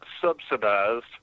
subsidized